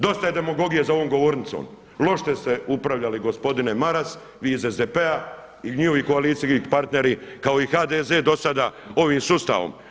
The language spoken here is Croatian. Dosta je demagogije za ovom govornicom, loše ste upravljali gospodine Maras, vi iz SDP-a i njihovi koalicijskih partneri kao i HDZ do sada ovim sustavom.